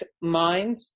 mind